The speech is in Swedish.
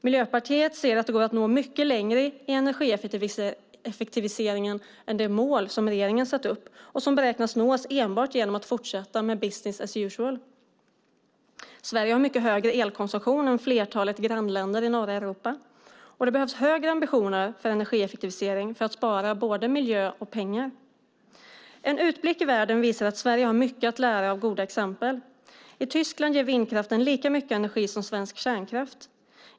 Miljöpartiet anser att det går att nå mycket längre i energieffektiviseringen än det mål som regeringen satt upp och som beräknas nås enbart genom att fortsätta med business as usual. Sverige har mycket högre elkonsumtion än flertalet grannländer i norra Europa. Det behövs högre ambitioner för energieffektivisering för att spara både miljö och pengar. En utblick i världen visar att Sverige har mycket att lära av goda exempel. I Tyskland ger vindkraften lika mycket energi som svensk kärnkraft.